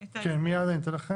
כן, מיד אני אתן לכם.